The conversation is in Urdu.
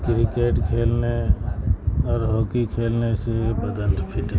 کرکٹ کھیلنے اور ہاکی کھیلنے سے بدن فٹ